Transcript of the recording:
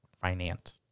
Finance